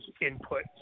input